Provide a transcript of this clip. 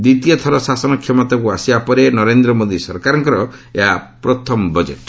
ଦ୍ୱିତୀୟ ଥର ଶାସନ କ୍ଷମତାକୃ ଆସିବା ପରେ ନରେନ୍ଦ୍ର ମୋଦି ସରକାରଙ୍କର ଏହା ପ୍ରଥମ ବଜେଟ୍